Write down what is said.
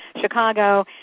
Chicago